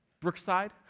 Brookside